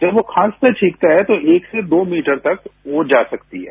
जब कोई खांसता छींकता है तो एक से दो मीटर तक वो जा सकती है